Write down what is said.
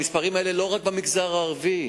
המספרים האלה הם לא רק במגזר הערבי,